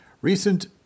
recent